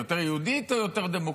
היא יותר יהודית או יותר דמוקרטית?